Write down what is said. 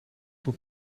moet